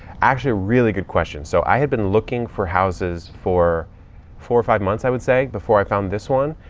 actually a really good question. so i had been looking for houses for four or five months, i would say, before i found this one.